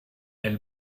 elle